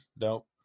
Nope